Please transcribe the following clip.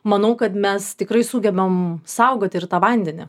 manau kad mes tikrai sugebam saugoti ir tą vandenį